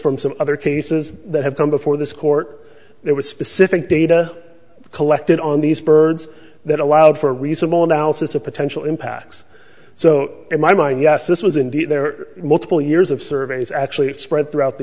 from some other cases that have come before this court there were specific data collected on these birds that allowed for a reasonable analysis of potential impacts so in my mind yes this was indeed there multiple years of surveys actually spread throughout the